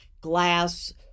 glass